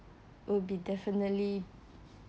would be definitely